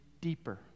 deeper